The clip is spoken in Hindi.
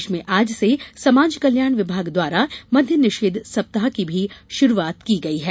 प्रदेश में आज से समाज कल्याण विभाग द्वारा मद्य निषेध सप्ताह की भी शुरूआत की गयी है